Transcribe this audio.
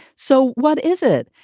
so what is it?